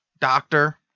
doctor